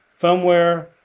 firmware